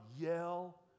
yell